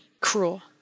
cruel